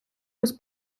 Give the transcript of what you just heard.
без